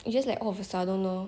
you just like all of a sudden lor